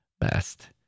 best